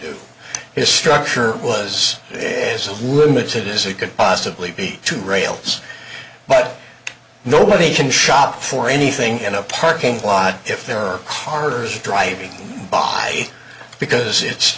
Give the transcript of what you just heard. do is structure was limits it is it could possibly be two rails but nobody can shop for anything in a parking lot if there are cars driving by because it's